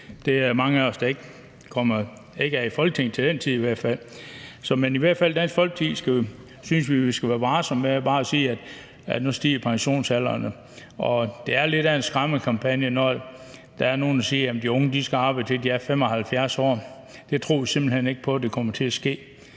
Der er mange af os, der i hvert fald ikke er i Folketinget til den tid. Men i Dansk Folkeparti synes vi i hvert fald, at vi skal være varsom med bare at sige, at nu stiger pensionsalderen. Og det er lidt af en skræmmekampagne, når der er nogen, der siger, at de unge skal arbejde, til de er 75 år. Det tror vi simpelt hen ikke på kommer til at ske,